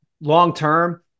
long-term